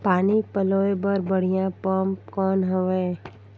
पानी पलोय बर बढ़िया पम्प कौन हवय?